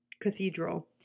Cathedral